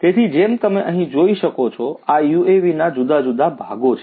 તેથી જેમ તમે અહીં જોઈ શકો છો આ યુએવીના જુદા જુદા ભાગો છે